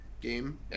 game